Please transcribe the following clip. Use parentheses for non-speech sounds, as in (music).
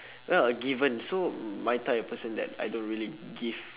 (breath) not a giver so my type of person that I don't really give